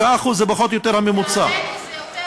9% זה פחות או יותר הממוצע.